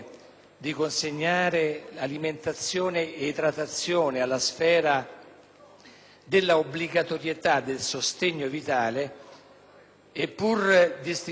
della obbligatorietà del sostegno vitale. Purdistinguendomi nettamente dalla modalità e dalla